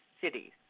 Cities